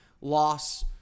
loss